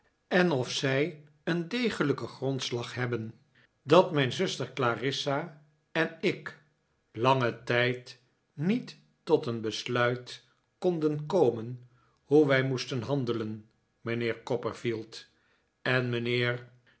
en of zij een degelijken grondslag hebben dat mijn zuster clarissa en ik langen tijd niet tot een besluit konden komen hoe wij moesten handelen mijnheer copperfield en mijnheer